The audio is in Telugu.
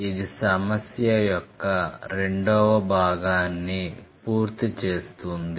ఇది సమస్య యొక్క రెండవ భాగాన్ని పూర్తి చేస్తుంది